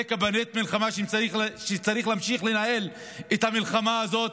זה קבינט מלחמה שצריך להמשיך לנהל את המלחמה הזאת?